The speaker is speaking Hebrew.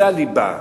זה הליבה.